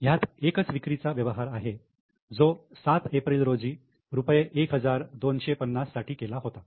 ह्यात एकच विक्रीचा व्यवहार आहे जो 7 एप्रिल रोजी रुपये 1250 साठी केला होता